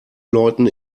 läuten